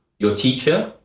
your teacher,